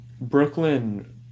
Brooklyn